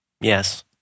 Yes